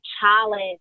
challenge